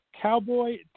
Cowboy